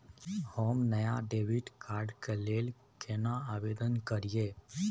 हम नया debit card के लेल केना आवेदन करियै?